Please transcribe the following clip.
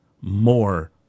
more